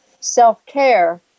self-care